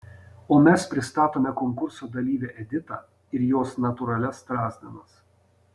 o mes pristatome konkurso dalyvę editą ir jos natūralias strazdanas